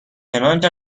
چنانچه